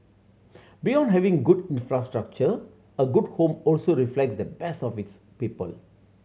beyond having good infrastructure a good home also reflects the best of its people